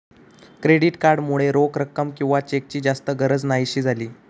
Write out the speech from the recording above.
credit card मुळे रोख रक्कम किंवा चेकची जास्त गरज न्हाहीशी झाली